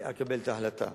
אקבל את ההחלטה.